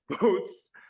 boats